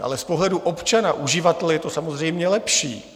Ale z pohledu občana, uživatele je to samozřejmě lepší.